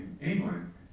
England